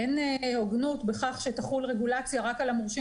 אין הוגנות בכך שתחול רגולציה רק על המורשים